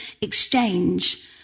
exchange